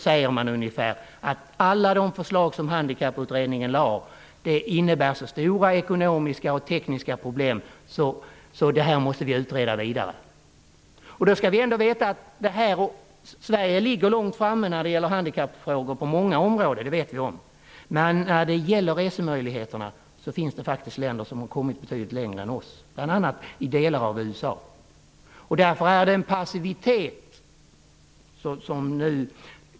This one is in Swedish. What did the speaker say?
Sedan framgår det att alla de förslag som Handikapputredningen har lagt fram innebär så stora ekonomiska och tekniska problem att de måste utredas vidare. Sverige ligger ändå långt framme när det gäller handikappfrågor på många områden. Det vet vi. Men när det gäller resemöjligheterna finns det länder som har kommit betydligt längre än oss, bl.a. i delar av USA.